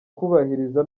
kubahiriza